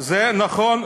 זה נכון.